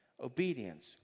obedience